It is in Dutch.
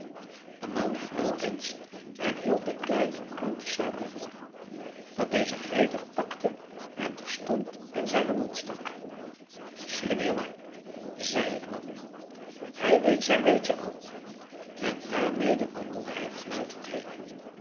de man floot eens en hield den kleine een klontje suiker voor dat deze gretig pakte en terstond in zijnen mond stak slimme jongen zeide de man hij weet zijn weetje al en daarmede wandelde hij fluitend heen